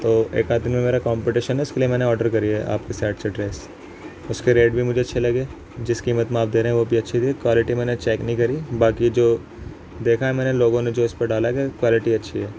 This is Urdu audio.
تو ایک آدھ دن میں میرا کمپٹیشن ہے اس کے لیے میں نے آڈر کری ہے آپ کی سائٹ سے ڈریس اس کے ریٹ بھی مجھے اچھے لگے جس قیمت پہ آپ دے رہے ہیں وہ بھی اچھی تھی کوالٹی میں نے چیک نہیں کری باقی جو دیکھا ہے میں نے لوگوں نے جو اس پہ ڈالا ہے کوالٹی اچھی ہے